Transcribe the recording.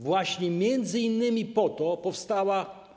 Właśnie m.in. po to powstała